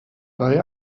bei